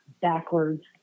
backwards